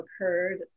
occurred